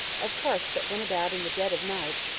of carts that went about in the dead of night,